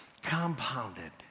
compounded